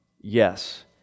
Yes